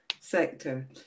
sector